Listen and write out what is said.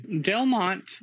Delmont